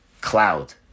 cloud